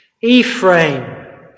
Ephraim